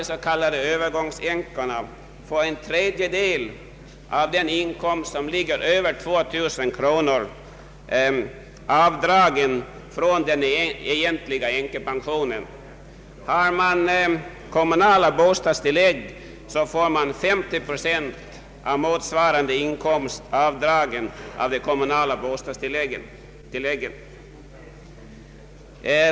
inkomst som ligger över 2000 kronor avdragen från den egentliga änkepensionen. Har de kommunala bostadstilllägg avdras 50 procent av motsvarande inkomst från det kommunala bostadstillägget.